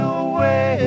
away